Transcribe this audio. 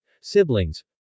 siblings